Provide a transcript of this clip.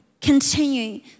continue